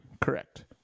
correct